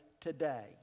today